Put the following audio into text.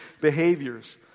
behaviors